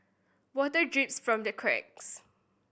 water drips from the cracks